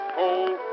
cold